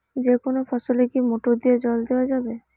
যেকোনো ফসলে কি মোটর দিয়া জল দেওয়া যাবে?